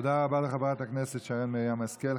תודה רבה לחברת הכנסת שרן מרים השכל.